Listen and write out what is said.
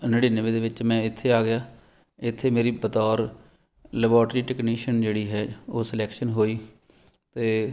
ਨੜੇਨਵੇਂ ਦੇ ਵਿੱਚ ਮੈਂ ਇੱਥੇ ਆ ਗਿਆ ਇੱਥੇ ਮੇਰੀ ਬਤੌਰ ਲੈਬੋਰਟਰੀ ਟੈਕਨੀਸ਼ਨ ਜਿਹੜੀ ਹੈ ਉਹ ਸਲੈਕਸ਼ਨ ਹੋਈ ਅਤੇ